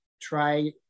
try